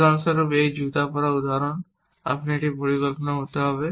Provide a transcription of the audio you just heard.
উদাহরণস্বরূপ এই জুতা পরা উদাহরণ কিন্তু যে এখনও একটি পরিকল্পনা হবে